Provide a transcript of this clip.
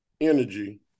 energy